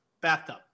bathtub